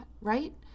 right